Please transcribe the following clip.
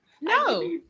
No